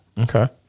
Okay